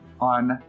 on